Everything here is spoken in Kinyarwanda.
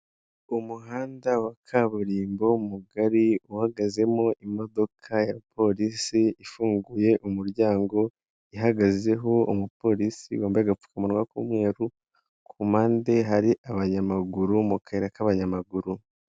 Umuhanda wa kaburimbo mugari uhagazemo imodoka ya polisi ifunguye umuryango, ihagazeho umupolisi wambayega agapfuka munwa k'umweru ku mpande hari abanyamaguru mu kayira k'abanyamaguru.